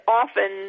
often